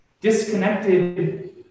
disconnected